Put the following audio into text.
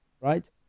Right